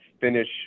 finish